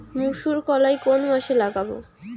মুসুর কলাই কোন মাসে লাগাব?